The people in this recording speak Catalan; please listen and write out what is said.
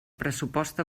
pressupost